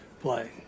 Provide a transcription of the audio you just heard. play